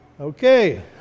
Okay